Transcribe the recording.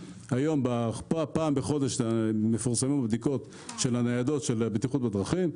פעם בחודש מפורסמות הבדיקות של הניידות של הבטיחות בדרכים,